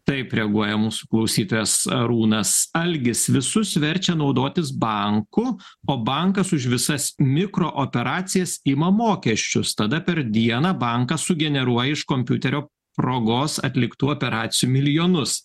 taip reaguoja mūsų klausytojas arūnas algis visus verčia naudotis banku o bankas už visas mikrooperacijas ima mokesčius tada per dieną bankas sugeneruoja iš kompiuterio progos atliktų operacijų milijonus